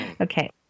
Okay